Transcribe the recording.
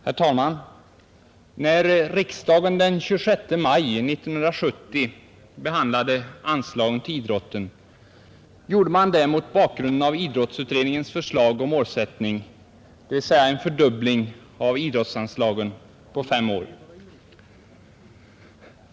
Herr talman! När riksdagen den 26 maj 1970 behandlade anslagen till idrotten gjorde man det mot bakgrunden av idrottsutredningens förslag och målsättning, dvs. en fördubbling av idrottsanslagen på fem år.